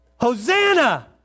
Hosanna